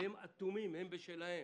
והם אטומים, הם בשלהם.